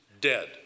dead